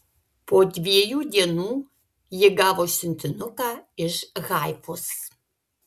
po dviejų dienų ji gavo siuntinuką iš haifos